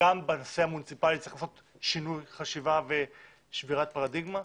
גם בנושא המוניציפלי צריך לעשות שינוי חשיבה ושבירת פרדיגמה,